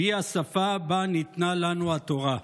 והיא השפה שבה ניתנה לנו התורה.